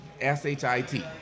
S-H-I-T